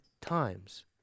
times